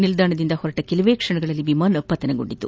ನಿಲ್ದಾಣದಿಂದ ಹೊರಟ ಕೆಲವೇ ಕ್ಷಣಗಳಲ್ಲಿ ವಿಮಾನ ಪತನಗೊಂಡಿದೆ